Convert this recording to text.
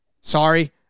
sorry